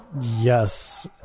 Yes